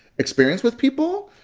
experience with people.